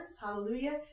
Hallelujah